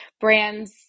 brands